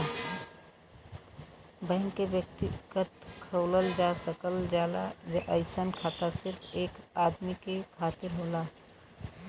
bank में व्यक्तिगत खाता खोलल जा सकल जाला अइसन खाता सिर्फ एक आदमी के खातिर होला